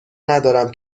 ندارم